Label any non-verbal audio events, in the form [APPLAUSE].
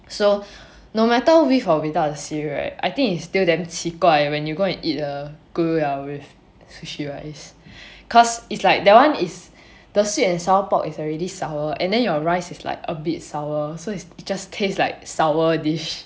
so [BREATH] no matter with or without a seaweed right I think it's still damn 奇怪 when you go and eat the 咕噜肉 with sushi rice [BREATH] cause is like that one is the sweet and sour pork is already sour and then your rice is like a bit sour so it just tastes like sour dish